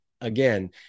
again